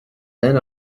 then